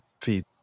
feed